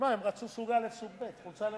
שמע, הם רצו סוג א', סוג ב' חולצה לבנה.